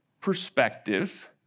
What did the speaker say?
perspective